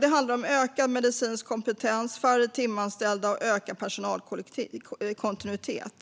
Det handlar om ökad medicinsk kompetens, färre timanställningar och ökad personalkontinuitet.